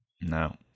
No